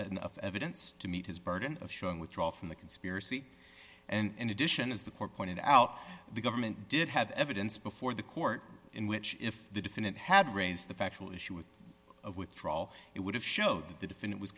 enough evidence to meet his burden of showing withdraw from the conspiracy and in addition as the court pointed out the government did have evidence before the court in which if the defendant had raised the factual issue with of withdrawal it would have showed that the defendant w